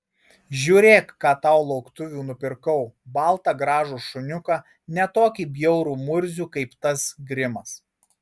žiūrėk ką aš tau lauktuvių nupirkau baltą gražų šuniuką ne tokį bjaurų murzių kaip tas grimas